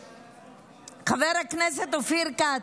חבר הכנסת אופיר כץ,